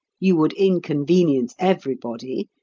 you would inconvenience everybody,